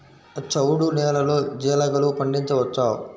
చవుడు నేలలో జీలగలు పండించవచ్చా?